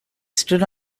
stood